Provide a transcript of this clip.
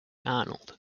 arnold